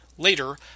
Later